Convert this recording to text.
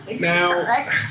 Now